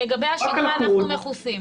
ולגבי השגרה אנחנו מכוסים.